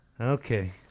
Okay